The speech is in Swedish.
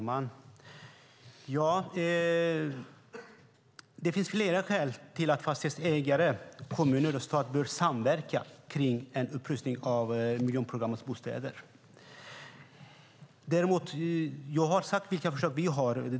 Herr talman! Det finns flera skäl till att fastighetsägare, kommuner och stat bör samverka kring en upprustning av miljonprogrammets bostäder. Jag har sagt vilka förslag vi har.